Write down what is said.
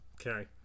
okay